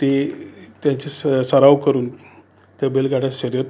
ते त्याचा स सराव करून त्या बैलगाड्या शर्यत